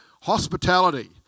Hospitality